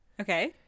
Okay